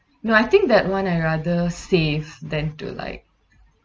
no I think that one I rather save than to like